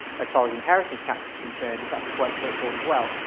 as far as inheritance tax is concerned it's actually quite straightforward as well.